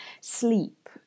sleep